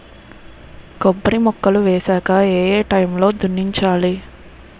కొబ్బరి మొక్కలు వేసాక ఏ ఏ టైమ్ లో దున్నించాలి?